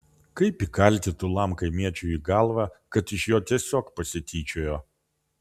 kaip įkalti tūlam kaimiečiui į galvą kad iš jo tiesiog pasityčiojo